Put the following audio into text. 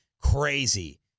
crazy